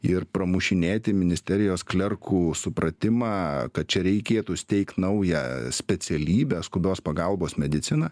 ir pramušinėti ministerijos klerkų supratimą kad čia reikėtų steigt naują specialybę skubios pagalbos mediciną